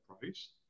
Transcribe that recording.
price